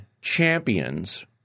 champions